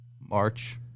March